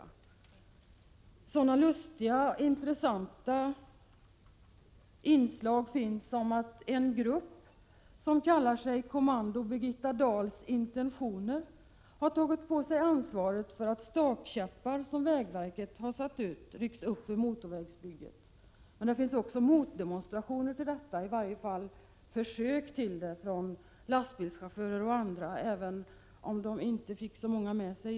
Det finns sådana lustiga och intressanta inslag som att en grupp som kallar sig ”Kommando Birgitta Dahls intentioner” har tagit på sig ansvaret för att stakkäppar som vägverket har satt ut för motorvägsbygget rycks upp. Det förekommer också motdemonstrationer, i varje fall försök till sådana, från lastbilschaufförer och andra, även om de inte har fått så många med sig.